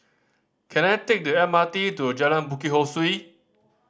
can I take the M R T to Jalan Bukit Ho Swee